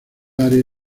área